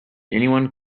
anyone